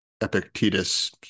Epictetus